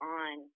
on